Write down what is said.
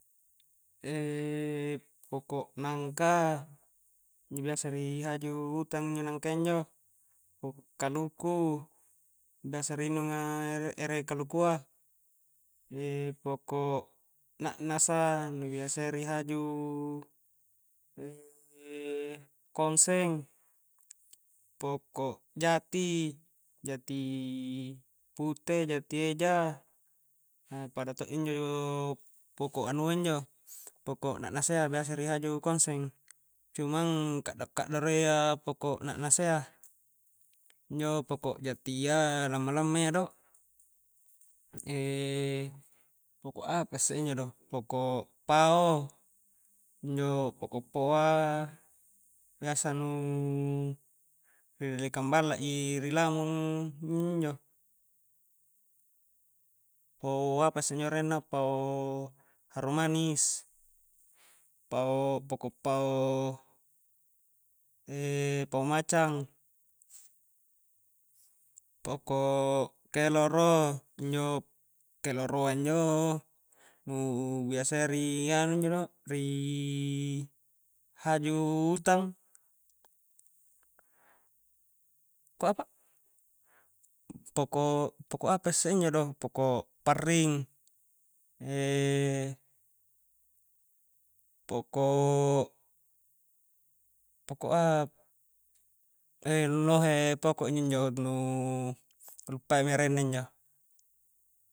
poko' nangka injo biasa ri haju utang injo nangkayya injo, poko' kaluku biasa ri inunga ere kalukua poko' na'nasa nu biasayya ri haju kongseng, poko' jati, jati pute, jati eja pada to injo poko' na'nasayya injo biasa ri haju kongseng cumang kaddo-kaddoro iya poko' na'nasayya injo poko' jatiyya lamma-lamma iyya do, poko' apa isse injo do poko' pao injo poko' pao a biasa nu ri dellekang balla ji ri lamung injo-njo pao apa isse arenna injo pao harum manis pao poko' pao pao macang poko' keloro injo keloroa injo nu biasayya ri anu injo do rii haju utang poko' apa isse injo do poko' parring poko' lohe poko' injo-njo nu kallupai mi arenna injo.